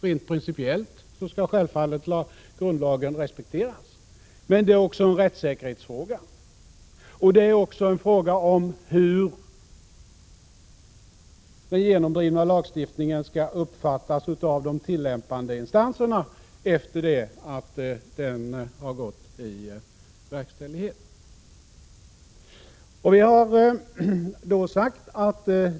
Rent principiellt skall grundlagen självfallet respekteras. Men detta är också en rättssäkerhetsfråga. Det handlar vidare om hur den genomdrivna lagstiftningen skall uppfattas av de tillämpande instanserna efter det att den gått i verkställighet.